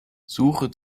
suche